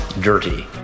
dirty